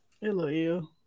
Hello